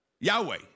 Yahweh